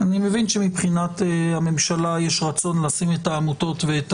אני מבין שמבחינת הממשלה יש רצון לשים את העמותות ואת